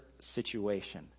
situation